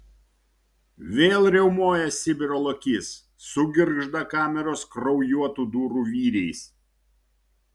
vėl riaumoja sibiro lokys sugirgžda kameros kraujuotų durų vyriais